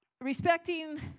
Respecting